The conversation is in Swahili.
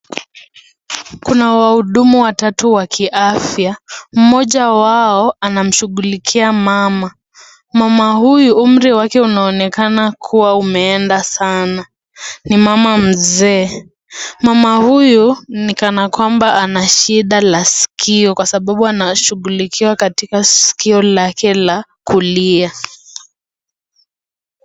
Kuna wahudumu watatu wa kiafya. Mmoja wao anamshughulikia mama. Mama huyu anaonekana kama miaka yake imeenda sana, ni mama mzee. Mama huyu ni kana kwamba ana shida la sikio kwa sababu anashughulikiwa kwenye sikio lake la kulia.